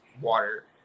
water